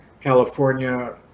California